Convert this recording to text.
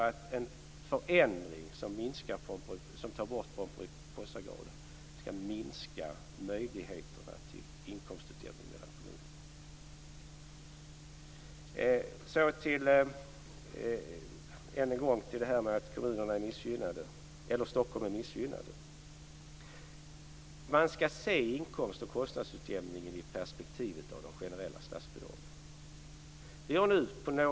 Men en förändring som tar bort Pomperipossaeffekten får inte ske på ett sätt som minskar möjligheterna till inkomstutjämning mellan kommunerna. Än en gång detta med att Stockholm är missgynnat. Man skall se inkomst och kostnadsutjämningen i perspektivet av de generella statsbidragen.